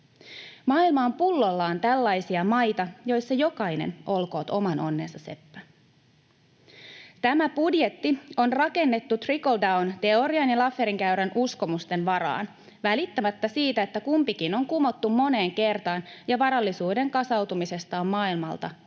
Maailma on pullollaan tällaisia maita, joissa jokainen olkoon oman onnensa seppä. Tämä budjetti on rakennettu trickle-down-teorian ja Lafferin käyrän uskomusten varaan välittämättä siitä, että kumpikin on kumottu moneen kertaan ja varallisuuden kasautumisesta on maailmalta vain